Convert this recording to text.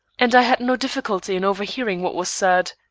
and i had no difficulty in overhearing what was said.